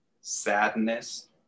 sadness